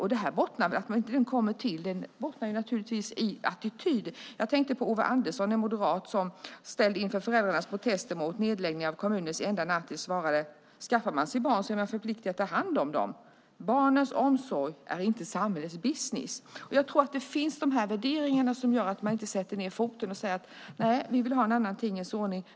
Att en sådan inte kommer till bottnar naturligtvis i attityd. Jag tänker på Ove Andersson, en moderat, som ställd inför föräldrarnas protester mot nedläggningen av kommunens enda nattis svarade: Skaffa man sig barn är man förpliktad att ta hand om dem. Barnens omsorg är inte samhällets business. Jag tror att de här värderingarna finns som gör att man inte sätter ned foten och säger: Nej, vi vill ha en annan tingens ordning.